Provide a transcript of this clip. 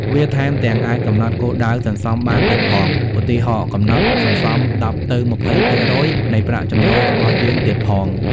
វាថែមទាំង អាចកំណត់គោលដៅសន្សំបានទៀតផង ឧទាហរណ៍ កំណត់សន្សំ ១០ ទៅ ២០% នៃប្រាក់ចំណូលរបស់យើងទៀតផង។